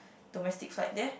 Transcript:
domestic flight there